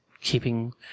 keeping